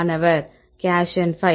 மாணவர் கேஷன் பை